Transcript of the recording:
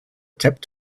taped